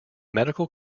medical